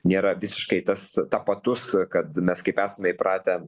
nėra visiškai tas tapatus kad mes kaip esame įpratę